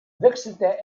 wechselte